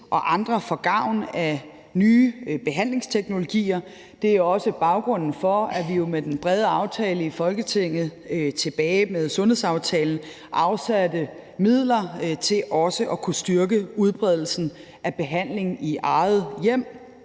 og andre får gavn af nye behandlingsteknologier. Det er også baggrunden for, at vi med den brede aftale i Folketinget, tilbage ved sundhedsaftalen, afsatte midler til også at kunne styrke udbredelsen af behandling i eget hjem.